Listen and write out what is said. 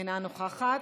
אינה נוכחת.